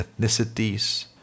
ethnicities